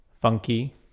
funky